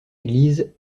église